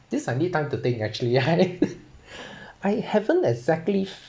this I need time to think actually I I haven't exactly